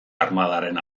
armadaren